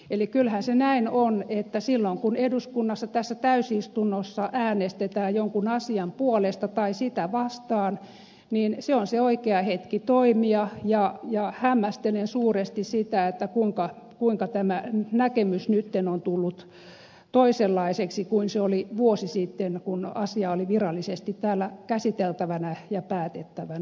eli kyllähän se näin on että silloin kun eduskunnassa tässä täysistunnossa äänestetään jonkun asian puolesta tai sitä vastaan se on se oikea hetki toimia ja hämmästelen suuresti sitä kuinka tämä näkemys nyt on tullut toisenlaiseksi kuin se oli vuosi sitten kun asia oli virallisesti täällä käsiteltävänä ja päätettävänä